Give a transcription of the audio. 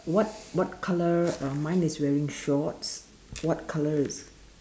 what what colour um mine is wearing shorts what colour is